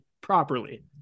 properly